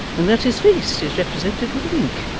and that his face is represented with a wink,